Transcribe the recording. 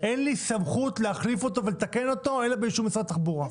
אין לי סמכות להחליף אותו ולתקן אותו אלא באישור משרד התחבורה.